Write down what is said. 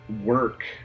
work